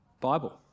Bible